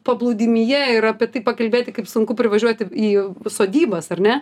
paplūdimyje ir apie tai pakalbėti kaip sunku privažiuoti į sodybas ar ne